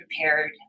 prepared